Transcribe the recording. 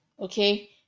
okay